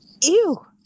ew